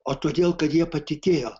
o todėl kad jie patikėjo